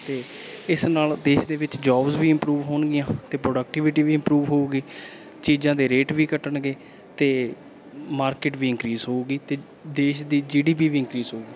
ਅਤੇ ਇਸ ਨਾਲੋਂ ਦੇਸ਼ ਦੇ ਵਿੱਚ ਜੋਬਸ ਵੀ ਇਮਪਰੂਵ ਹੋਣਗੀਆਂ ਅਤੇ ਪ੍ਰੋਡਕਟੀਵਿਟੀ ਵੀ ਇੰਪਰੂਵ ਹੋਊਗੀ ਚੀਜ਼ਾਂ ਦੇ ਰੇਟ ਵੀ ਘਟਣਗੇ ਅਤੇ ਮਾਰਕੀਟ ਵੀ ਇੰਕਰੀਜ ਹੋਊਗੀ ਅਤੇ ਦੇਸ਼ ਦੀ ਜੀ ਡੀ ਪੀ ਵੀ ਇੰਕਰੀਜ਼ ਹੋਊਗੀ